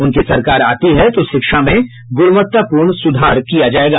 उनकी सरकार आती है तो शिक्षा में गुणवत्तापूर्ण सुधार किया जायेगा